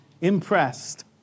Impressed